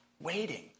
waiting